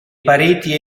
pareti